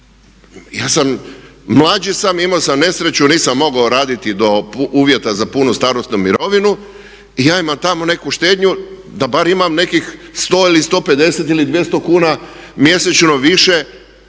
Ja sam, mlađi sam, imao sam nesreću, nisam mogao raditi do uvjeta za punu starosnu imovinu i ja imam tamo neku štednju, da barem imam nekih 100 ili 150 ili 200 kuna mjesečno više.